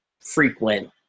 frequent